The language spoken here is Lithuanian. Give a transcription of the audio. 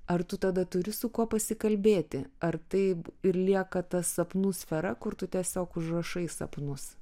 ar tu tada turi su kuo pasikalbėti ar taip ir lieka ta sapnų sfera kur tu tiesiog užrašai sapnus